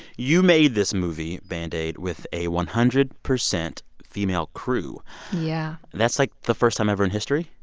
you made this movie band-aid with a one hundred percent female crew yeah that's, like, the first time ever in history?